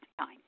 time